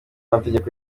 amategeko